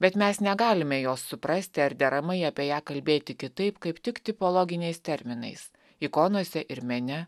bet mes negalime jos suprasti ar deramai apie ją kalbėti kitaip kaip tik tipologiniais terminais ikonose ir mene